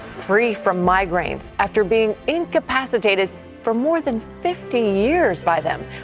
free from migraines after being incapacitated for more than fifty years by them.